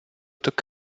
так